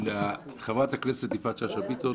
לחברת הכנסת יפעת שאשא ביטון